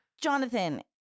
jonathan